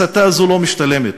הסתה זו לא משתלמת.